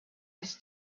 his